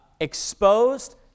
exposed